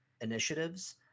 initiatives